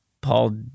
Paul